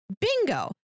bingo